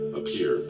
appear